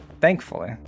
Thankfully